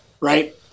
right